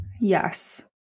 Yes